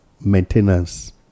maintenance